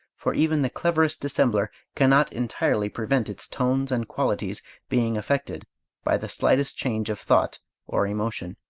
for even the cleverest dissembler cannot entirely prevent its tones and qualities being affected by the slightest change of thought or emotion.